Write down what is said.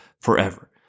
forever